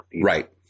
Right